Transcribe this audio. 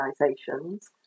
organizations